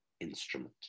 instrument